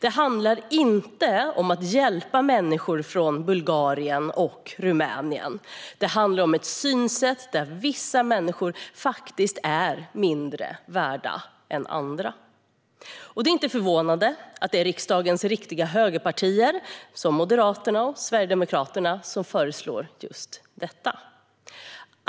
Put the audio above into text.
Det handlar inte om att hjälpa fattiga människor från Bulgarien och Rumänien, utan det handlar om ett synsätt där vissa människor faktiskt är mindre värda än andra. Det är inte förvånande att det är riksdagens riktiga högerpartier Moderaterna och Sverigedemokraterna som föreslår just detta.